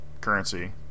currency